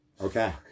Okay